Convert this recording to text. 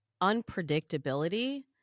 unpredictability